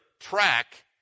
track